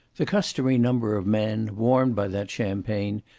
the customary number of men, warmed by that champagne,